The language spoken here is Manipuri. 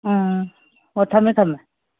ꯑꯥ ꯑꯣ ꯊꯝꯃꯦ ꯊꯝꯃꯦ